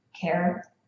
care